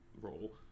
role